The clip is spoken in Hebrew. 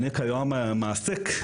אני כיום מעסיק,